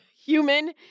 human